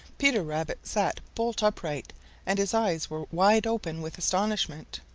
peter rabbit sat bolt upright and his eyes were wide open with astonishment.